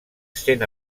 cent